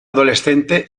adolescente